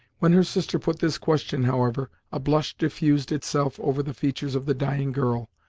when her sister put this question, however, a blush diffused itself over the features of the dying girl,